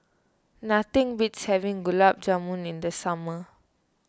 nothing beats having Gulab Jamun in the summer